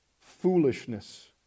foolishness